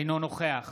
אינו נוכח